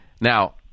Now